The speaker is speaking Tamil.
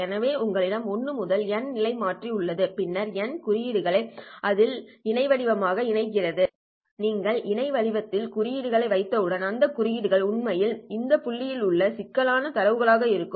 எனவே உங்களிடம் 1 முதல் n நிலைமாற்றி உள்ளது பின்னர் n குறியீடுகளை அதில் இணை வடிவமாக வைக்கிறது நீங்கள் இணை வடிவத்தில் குறியீடுகளை வைத்தவுடன் அந்த குறியீடுகள் உண்மையில் இந்த புள்ளியில் உள்ள சிக்கலான தரவுகளாக இருக்கும்